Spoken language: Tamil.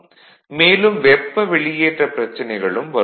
மேலும் வெப்ப வெளியேற்ற பிரச்சனைகளும் வரும்